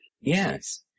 Yes